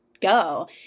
Go